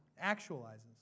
actualizes